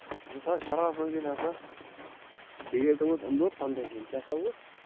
زٕساس شُراہس منٛز ییٚلہِ ہسا ڈیٹ اوس امہِ دۄہ پنٛدہٲیم کیٛاہ سا اوس